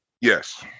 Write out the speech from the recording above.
Yes